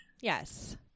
Yes